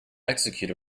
execute